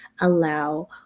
allow